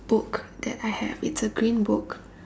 book that I have it's a green book